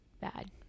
bad